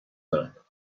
دارد